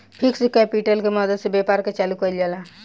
fixed capital के मदद से व्यापार के चालू कईल जाला